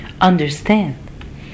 understand